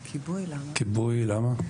כיבוי, למה?